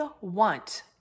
want